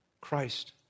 Christ